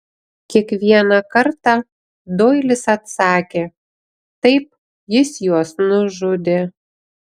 kiekvieną kartą doilis atsakė taip jis juos nužudė